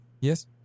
yes